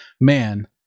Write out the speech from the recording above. man